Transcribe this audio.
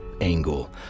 angle